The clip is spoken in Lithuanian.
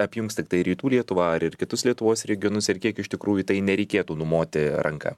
apjungs tiktai rytų lietuvą ar ir kitus lietuvos regionus ir kiek iš tikrųjų į tai nereikėtų numoti ranka